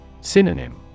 Synonym